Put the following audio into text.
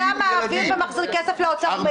אתה מעביר ומחזיר כסף לאוצר.